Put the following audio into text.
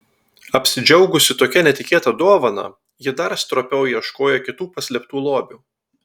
apsidžiaugusi tokia netikėta dovana ji dar stropiau ieškojo kitų paslėptų lobių